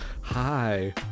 Hi